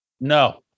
No